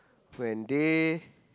when they